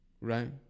right